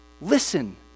Listen